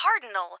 cardinal